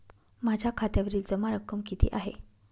माझ्या खात्यावरील जमा रक्कम किती आहे?